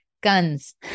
guns